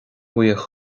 buíoch